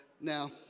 Now